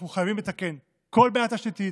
אנחנו חייבים לתקן כל בעיה תשתיתית,